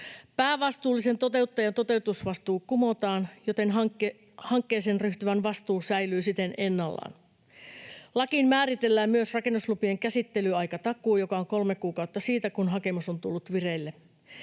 Päävastuullisen toteuttajan toteutusvastuu kumotaan, joten hankkeeseen ryhtyvän vastuu säilyy siten ennallaan. Lakiin määritellään myös rakennuslupien käsittelyaikatakuu, joka on kolme kuukautta siitä, kun hakemus on tullut vireille.